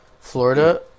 Florida